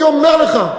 אני אומר לך.